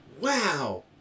Wow